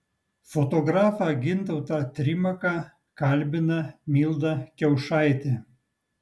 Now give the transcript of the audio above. fotografą gintautą trimaką kalbina milda kiaušaitė